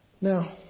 Now